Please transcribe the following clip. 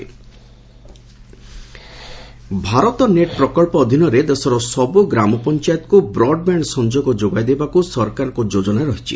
LS ଗ୍ରାମପଞ୍ଚାୟତ Bharat net ପ୍ରକଳ୍ପ ଅଧୀନରେ ଦେଶର ସବୁ ଗ୍ରାମପଞ୍ଚାୟତକୁ ବ୍ରଡ୍ବ୍ୟାଣ୍ଡ ସଂଯୋଗ ଯୋଗାଇ ଦେବାକୃ ସରକାରଙ୍କର ଯୋଜନା ରହିଛି